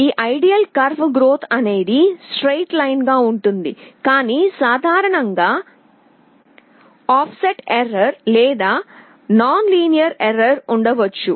ఈ ideal curve growth అనేది straight line లాగా ఉంటుంది కానీ సాధారణంగా ఆఫ్సెట్ యర్రర్ లేదా నాన్ లీనియారిటీ యర్రర్ ఉండవచ్చు